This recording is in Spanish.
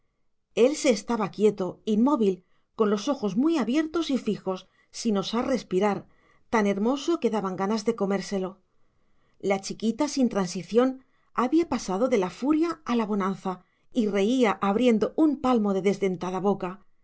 él se estaba quieto inmóvil con los ojos muy abiertos y fijos sin osar respirar tan hermoso que daban ganas de comérselo la chiquita sin transición había pasado de la furia a la bonanza y reía abriendo un palmo de desdentada boca